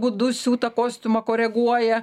būdu siūtą kostiumą koreguoja